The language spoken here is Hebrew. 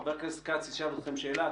חבר הכנסת אופיר כץ ישאל אתכם שאלה,